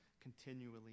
continually